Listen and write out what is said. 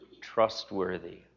trustworthy